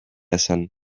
esan